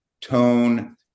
tone